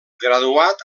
graduat